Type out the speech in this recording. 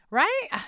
right